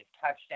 touchdown